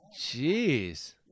Jeez